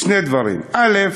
בשני דברים: א.